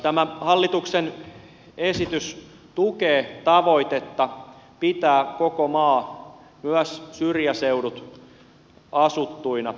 tämä hallituksen esitys tukee tavoitetta pitää koko maa myös syrjäseudut asuttuna